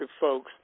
folks